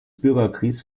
bürgerkrieges